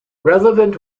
relevant